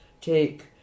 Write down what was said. take